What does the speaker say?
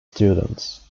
students